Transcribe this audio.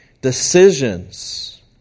decisions